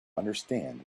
understand